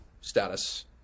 status